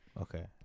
Okay